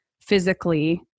physically